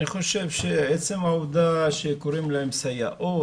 אני חושב שעצם העובדה שקוראים להן סייעות,